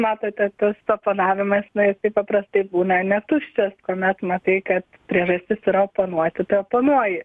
matote tas toponavimas na jisai paprastai būna ne tuščias kuomet matai kad priežastis yra oponuoti tai oponuoji